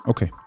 Okay